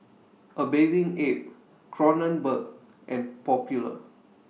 A Bathing Ape Kronenbourg and Popular